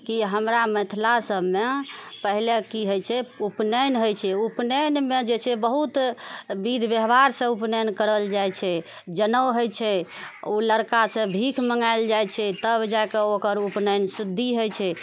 की हमरा मिथिला सभमे पहिले की होइत छै उपनयन होइत छै उपनयनमे जे छै बहुत विधि व्यवहारसँ उपनयन करल जाइत छै जनेउ होइत छै ओ लड़कासँ भीख मँगायल जाइत छै तब जाके ओकर उपनयन शुद्धि होइत छै